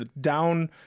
down